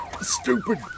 Stupid